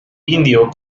indio